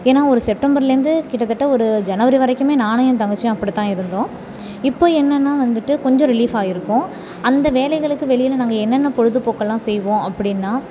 ஏன்னால் ஒரு செப்டெம்பர்லேருந்து கிட்டத்தட்ட ஒரு ஜனவரி வரைக்குமே நானும் என் தங்கச்சியும் அப்படி தான் இருந்தோம் இப்போது என்னென்னால் வந்துட்டு கொஞ்சம் ரிலீஃப்பாக இருக்கோம் அந்த வேலைகளுக்கு வெளியில் நாங்கள் என்னென்னால் பொழுதுபோக்கெலாம் செய்வோம் அப்படின்னா